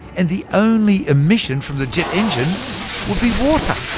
and the only emission from the jet engine would be water.